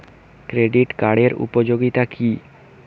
Credit কার্ডের উপযোগিতা কি?